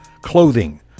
clothing